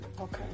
Okay